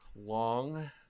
long